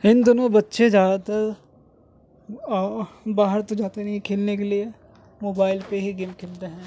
ان دنوں بچے زیادہ تر باہر تو جاتے نہیں ہیں کھیلنے کے لیے موبائل پہ ہی گیم کھیلتے ہیں